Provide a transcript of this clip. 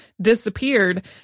disappeared